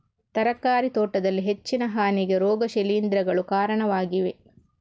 ತರಕಾರಿ ತೋಟದಲ್ಲಿ ಹೆಚ್ಚಿನ ಹಾನಿಗೆ ರೋಗ ಶಿಲೀಂಧ್ರಗಳು ಕಾರಣವಾಗಿವೆ